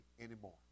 anymore